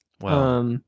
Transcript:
Wow